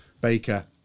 Baker